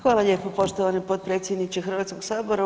Hvala lijepa poštovani potpredsjedniče HS-a.